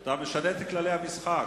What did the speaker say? אתה משנה את כללי המשחק.